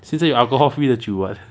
现在有 alcohol free 的酒 [what]